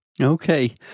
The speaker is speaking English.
Okay